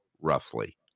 roughly